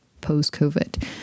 post-COVID